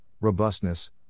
robustness